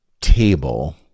table